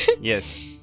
Yes